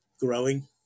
growing